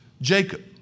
Jacob